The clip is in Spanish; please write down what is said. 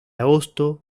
agosto